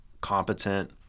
competent